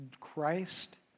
Christ